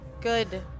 good